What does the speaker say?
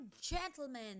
gentlemen